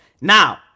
now